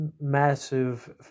massive